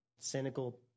Cynical